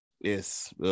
Yes